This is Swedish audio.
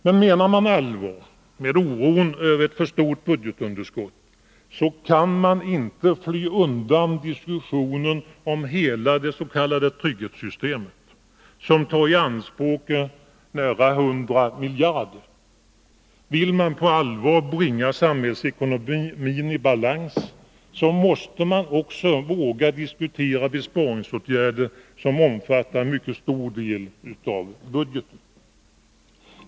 Men menar man allvar med oron över ett för stort budgetunderskott kan man inte fly undan diskussionen om hela det s.k. trygghetssystemet, som tar i anspråk nära 100 miljarder. Vill man på allvar bringa samhällsekonomin i balans måste man också våga diskutera besparingsåtgärder som omfattar en mycket stor del av budgeten.